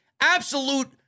absolute